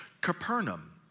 Capernaum